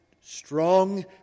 strong